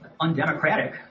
undemocratic